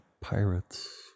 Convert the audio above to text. pirates